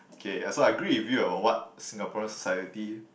okay I so I agree with you about what Singaporean society